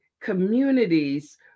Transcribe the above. communities